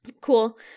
cool